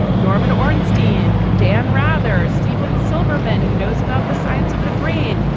norman ornstein, dan rather, steven silberman. who knows about the science of the brain?